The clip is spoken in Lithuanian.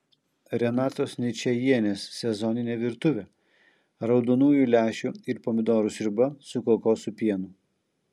renatos ničajienės sezoninė virtuvė raudonųjų lęšių ir pomidorų sriuba su kokosų pienu